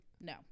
No